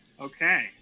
Okay